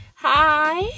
hi